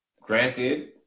Granted